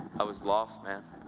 i was lost, man!